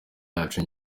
yacu